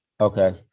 Okay